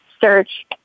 search